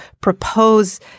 propose